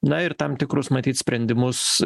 na ir tam tikrus matyt sprendimus